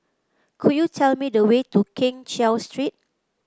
could you tell me the way to Keng Cheow Street